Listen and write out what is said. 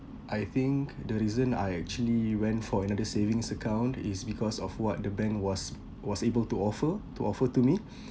I think the reason I actually went for another savings account is because of what the bank was was able to offer to offer to me